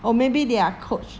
or maybe they are coach